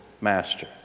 Master